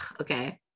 okay